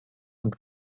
und